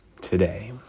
Today